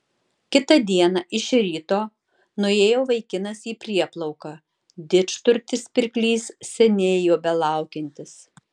kitą dieną iš ryto nuėjo vaikinas į prieplauką didžturtis pirklys seniai jo belaukiantis